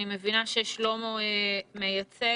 אני מבינה ששלמה מייצג.